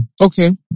Okay